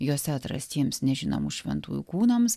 jose atrastiems nežinomų šventųjų kūnams